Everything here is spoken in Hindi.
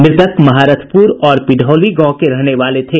मृतक महारथपुर और पिढौली गांव के रहने वाले थे